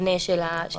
המבנה של היישוב,